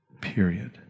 Period